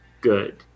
good